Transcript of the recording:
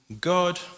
God